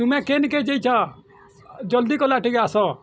ତୁମେ କେନ୍ କେ ଯେଇଛ ଜଲ୍ଦି କଲା ଟିକେ ଆସ